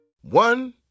One